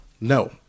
No